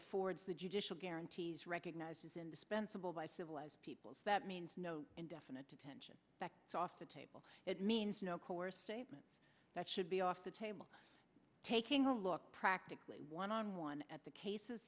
affords the judicial guarantees recognizes indispensable by civilized peoples that means no indefinite detention off the table it means no course that should be off the table taking a look practically one on one at the cases